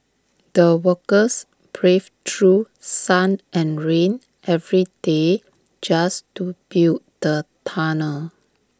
the workers braved through sun and rain every day just to build the tunnel